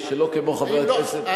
שלא כמו חברי הכנסת,